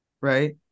right